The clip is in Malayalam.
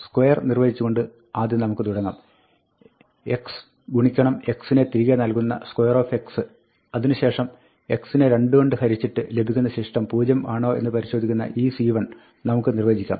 square നിർവ്വചിച്ചു കൊണ്ട് ആദ്യം നമുക്ക് തുടങ്ങാം x x നെ തിരികെ നൽകുന്ന square അതിനു ശേഷം x നെ 2 കൊണ്ട് ഹരിച്ചിട്ട് ലഭിക്കുന്ന ശിഷ്ഠം 0 ആണോ എന്ന് പരിശോധിക്കുന്ന iseven നമുക്ക് നിർവ്വചിക്കാം